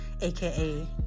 aka